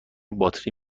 باطری